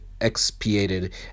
expiated